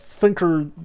thinker